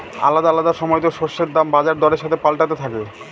আলাদা আলাদা সময়তো শস্যের দাম বাজার দরের সাথে পাল্টাতে থাকে